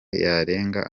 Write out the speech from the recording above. yarenga